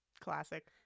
Classic